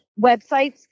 websites